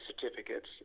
certificates